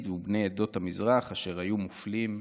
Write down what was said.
ולבני עדות המזרח אשר היו מופלים שנים.